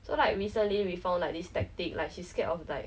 so like recently we found like this tactic like she's scared of like